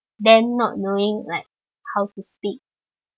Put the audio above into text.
them not knowing like how to speak